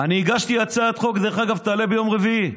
אני הגשתי הצעת חוק, דרך אגב, שתעלה ביום רביעי,